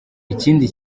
ikindi